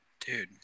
Dude